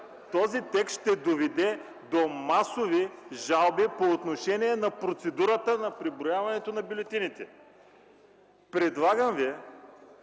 този текст ще доведе до масови жалби по отношение на процедурата на преброяването на бюлетините. Предлагам ви,